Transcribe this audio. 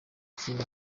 ikindi